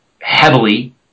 heavily